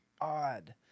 odd